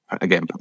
Again